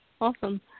awesome